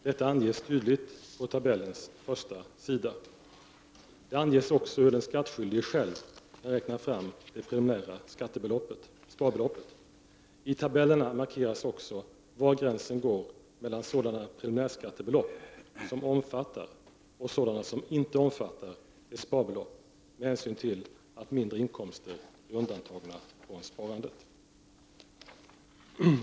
Detta anges tydligt på tabellernas första sida. Där anges också hur den skattskyldige själv kan räkna fram det preliminära sparbeloppet. I tabellerna markeras också var gränsen går mellan sådana preliminärskattebelopp som omfattar och sådana som inte omfattar ett sparbelopp med hänsyn till att mindre inkomster är undantagna från sparandet.